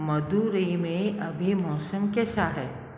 मदुरै में अभी मौसम कैसा है